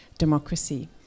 democracy